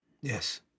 Yes